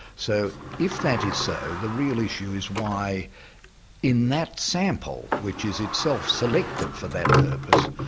so if that is so, the real issue is why in that sample, which is itself selected for that purpose,